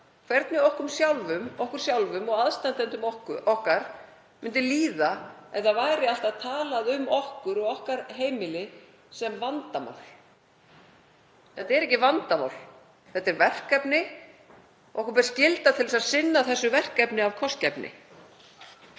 hvernig okkur sjálfum og aðstandendum okkar myndi líða ef alltaf væri talað um okkur og heimili okkar sem vandamál. Þetta er ekki vandamál, þetta er verkefni og okkur ber skylda til að sinna því verkefni af kostgæfni.